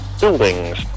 buildings